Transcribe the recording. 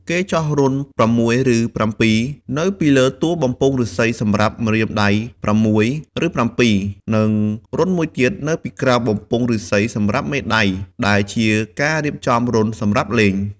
គេចោះរន្ធ ៦ ឬ ៧ នៅពីលើតួបំពង់ឫស្សីសម្រាប់ម្រាមដៃ ៦ ឬ ៧ និងរន្ធមួយនៅពីក្រោមបំពង់ឫស្សីសម្រាប់មេដៃដែលជាការរៀបចំរន្ធសម្រាប់លេង។